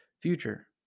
future